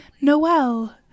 Noel